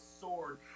sword